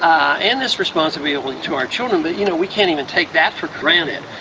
and this responsibility to our children, but you know we can't even take that for granted.